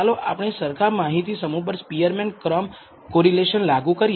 ચાલો આપણે સરખા માહિતી સમૂહ પર સ્પીઅરમેન ક્રમ કોરિલેશન લાગુ કરીએ